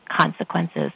consequences